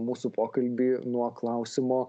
mūsų pokalbį nuo klausimo